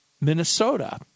Minnesota